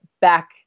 back